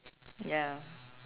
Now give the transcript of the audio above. ya